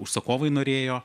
užsakovai norėjo